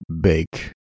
Bake